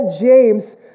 James